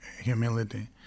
humility